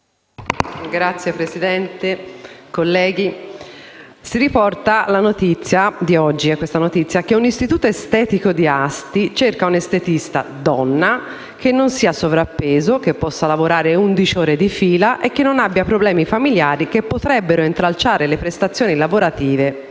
Signora Presidente, colleghi, si riporta la notizia, che è di oggi, di un istituto estetico di Asti che cerca una estetista donna che non sia sovrappeso, che possa lavorare undici ore di fila e che non abbia problemi familiari che potrebbero intralciare le prestazioni lavorative.